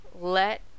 Let